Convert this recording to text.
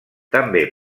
també